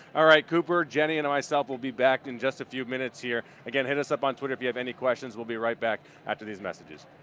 ah cooper, jenny and myself will be back in just a few minutes here. again, hit us up on twitter if you have any questions. we'll be right back after these messages.